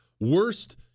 worst